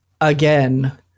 again